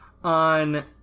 On